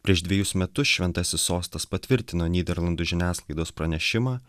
prieš dvejus metus šventasis sostas patvirtino nyderlandų žiniasklaidos pranešimą